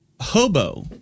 Hobo